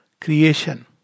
creation